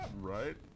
Right